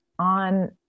on